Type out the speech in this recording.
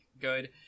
good